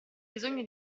bisogno